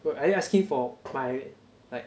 what are you asking for my like